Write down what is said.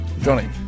Johnny